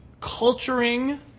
culturing